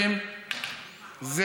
חברים,